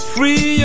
Free